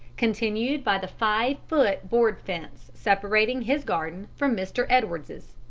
continued by the five-foot board fence separating his garden from mr. edwards's.